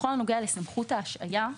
בכל הנוגע לסמכות ההשעיה,